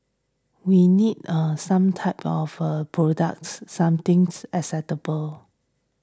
we need eh some types of products some things acceptable